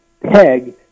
peg